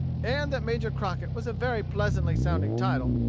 and that major crockett was a very pleasantly sounding title,